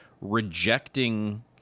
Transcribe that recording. rejecting